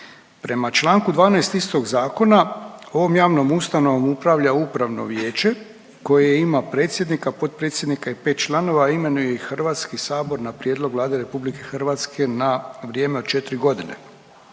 Prema čl. 12. istog zakona ovom javnom ustanovom upravlja upravno vijeće koje ima predsjednika, potpredsjednika i pet članova. Imenuje ih Hrvatski sabor na prijedlog Vlade Republike Hrvatske na vrijeme od 4 godine.